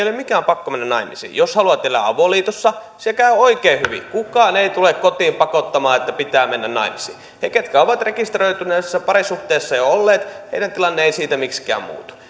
mikään pakko mennä naimisiin jos haluat elää avoliitossa se käy oikein hyvin kukaan ei tule kotiin pakottamaan että pitää mennä naimisiin heidän tilanteensa jotka ovat rekisteröityneessä parisuhteessa jo olleet ei siitä miksikään muutu